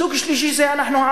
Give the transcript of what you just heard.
סוג שלישי זה אנחנו,